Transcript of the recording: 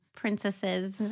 princesses